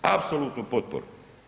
Apsolutnu potporu.